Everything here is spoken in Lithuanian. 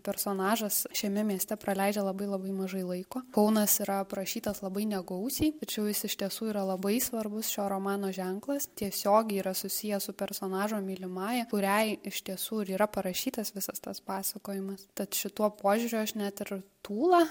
personažas šiame mieste praleidžia labai labai mažai laiko kaunas yra aprašytas labai negausiai tačiau jis iš tiesų yra labai svarbus šio romano ženklas tiesiogiai yra susijęs su personažo mylimąja kuriai iš tiesų ir yra parašytas visas tas pasakojimas tad šituo požiūriu aš net ir tūlą